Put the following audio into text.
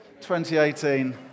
2018